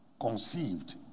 conceived